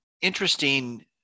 interesting